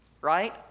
right